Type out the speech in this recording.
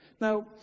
Now